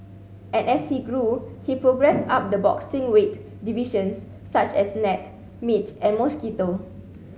and as he grew he progressed up the boxing weight divisions such as gnat midge and mosquito